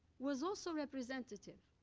was also representative.